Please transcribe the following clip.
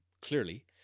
clearly